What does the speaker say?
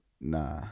Nah